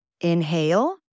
Inhale